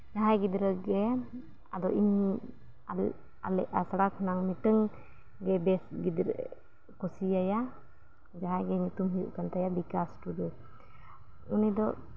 ᱡᱟᱦᱟᱸᱭ ᱜᱤᱫᱽᱨᱟᱹᱜᱮ ᱟᱫᱚ ᱤᱧ ᱟᱞᱮ ᱟᱞᱮ ᱟᱥᱲᱟ ᱠᱷᱚᱱᱟᱜ ᱢᱤᱫᱴᱟᱹᱱ ᱜᱮ ᱵᱮᱥ ᱜᱤᱫᱽᱨᱟᱹ ᱠᱩᱥᱤᱭ ᱟᱭᱟ ᱡᱟᱦᱟᱸᱭ ᱜᱮ ᱧᱩᱛᱩᱢ ᱦᱩᱭᱩᱜ ᱠᱟᱱ ᱛᱟᱭᱟ ᱵᱤᱠᱟᱥ ᱴᱩᱰᱩ ᱩᱱᱤ ᱫᱚ